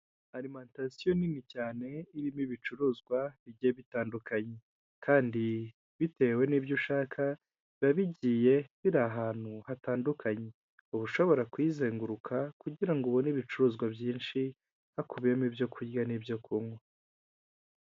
Arimantasiyo nini cyane irimo ibicuruzwa bigiye bitandukanye kandi bitewe n'ibyo ushaka, biba bigiye biri ahantu hatandukanye, uba ushobora kuyizenguruka kugirango ubone ibicuruzwa byinshi, hakubiyemo ibyo kurya n'ibyo kunywa.